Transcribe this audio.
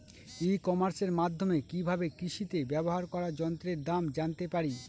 ই কমার্সের মাধ্যমে কি ভাবে কৃষিতে ব্যবহার করা যন্ত্রের দাম জানতে পারি?